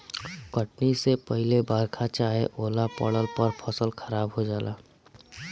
कटनी से पहिले बरखा चाहे ओला पड़ला पर फसल खराब हो जाला